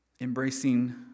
Embracing